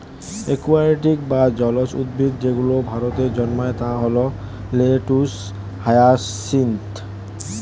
aquatic বা জলজ উদ্ভিদ যেগুলো ভারতে জন্মায় তা হল লেটুস, হায়াসিন্থ